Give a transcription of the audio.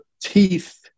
teeth